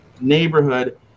neighborhood